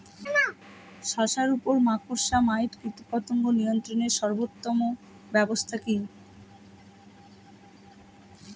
শশার উপর মাকড়সা মাইট কীটপতঙ্গ নিয়ন্ত্রণের সর্বোত্তম ব্যবস্থা কি?